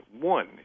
one